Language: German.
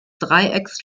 dreiecks